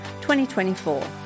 2024